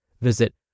Visit